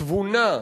תבונה,